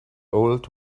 old